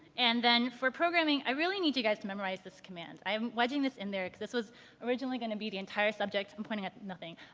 and then for programming, i really need you guys to memorize this command. i'm wedging this in there because this was originally going to be the entire subject and at nothing,